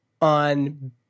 on